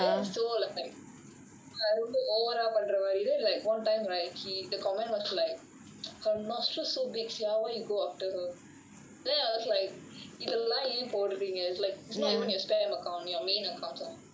and then it is so like ரொம்ப:romba over ah பன்றமாரி:pandramaari then like one time right he the comment was like her nostrils so big sia why go after her then I was like இதெல்லாம் ஏன் போடுறீங்க:ithellaam yaen podureenga it is not even your spam account your main account some more